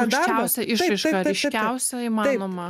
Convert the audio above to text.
aukščiausia išraiška ryškiausia įmanoma